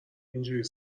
حیاطاینجوری